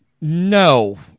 No